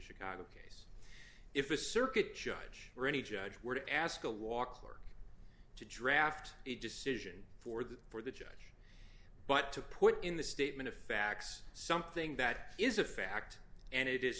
chicago case if a circuit judge or any judge would ask a walk clerk to draft a decision for the for the judge but to put in the statement of facts something that is a fact and it is